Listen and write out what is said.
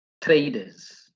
traders